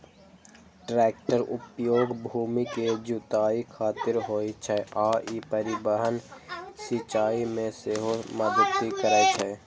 टैक्टरक उपयोग भूमि के जुताइ खातिर होइ छै आ ई परिवहन, सिंचाइ मे सेहो मदति करै छै